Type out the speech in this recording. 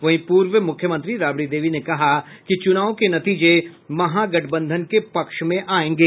वहीं पूर्व मुख्यमंत्री राबड़ी देवी ने कहा कि चुनाव के नतीजे महागठबंधन के पक्ष में आऐंगे